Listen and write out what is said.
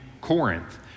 Corinth